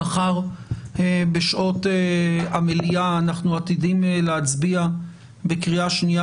מחר בשעות המליאה אנחנו עתידים להצביע בקריאה שנייה